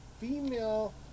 female